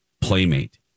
Playmate